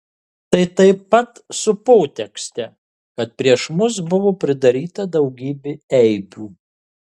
tai taip pat su potekste kad prieš mus buvo pridaryta daugybė eibių